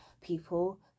people